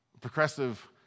progressive